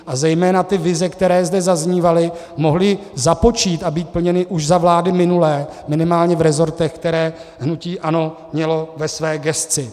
A zejména ty vize, které zde zaznívaly, mohly započít a být plněny už za vlády minulé, minimálně v resortech, které hnutí ANO mělo ve své gesci.